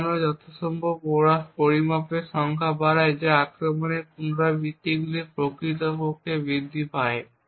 তাই আমরা যত সময় পরিমাপের সংখ্যা বাড়াই যা আক্রমণের পুনরাবৃত্তিগুলি প্রকৃতপক্ষে বৃদ্ধি পায়